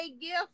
gift